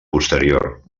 posterior